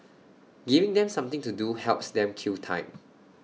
giving them something to do helps them kill time